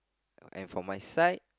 and for my side